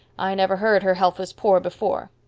i never heard her health was poor before.